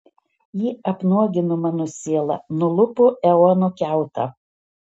ji apnuogino mano sielą nulupo eono kiautą